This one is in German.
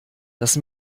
das